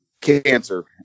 cancer